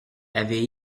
avait